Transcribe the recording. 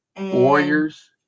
Warriors